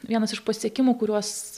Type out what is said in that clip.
vienas iš pasiekimų kuriuos